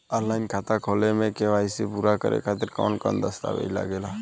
Online खाता खोले में के.वाइ.सी पूरा करे खातिर कवन कवन दस्तावेज लागे ला?